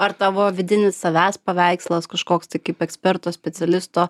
ar tavo vidinis savęs paveikslas kažkoks tai kaip eksperto specialisto